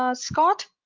ah scott,